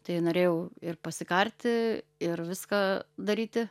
tai norėjau ir pasikarti ir viską daryti